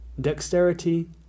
Dexterity